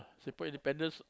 Singapore independence